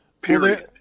period